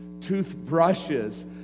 toothbrushes